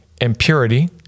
impurity